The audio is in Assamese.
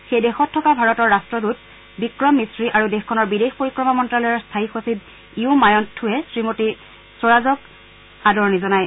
সেই দেশত থকা ভাৰতৰ ৰাট্টদূত বিক্ৰম মিশ্ৰী আৰু দেশখনৰ বিদেশ পৰিক্ৰমা মন্ত্ৰ্যালয়ৰ স্থায়ী সচিব ইউ মায়ণ্ট থুৱে শ্ৰীমতী স্বৰাজক আদৰণি জনায়